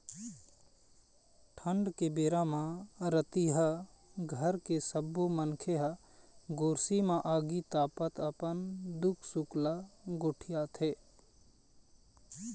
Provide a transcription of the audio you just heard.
ठंड के बेरा म रतिहा घर के सब्बो मनखे ह गोरसी म आगी तापत अपन दुख सुख ल गोठियाथे